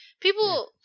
People